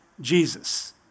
Jesus